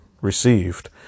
received